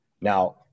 Now